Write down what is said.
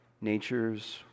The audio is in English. Nature's